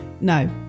No